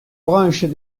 branches